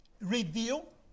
reveal